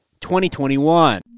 2021